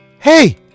Hey